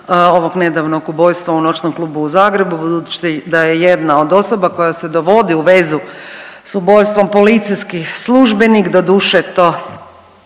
ovog nedavnog ubojstva u noćnom klubu u Zagrebu, budući da je jedna od osoba koja se dovodi u vezi s ubojstvom policijskih službenik doduše to,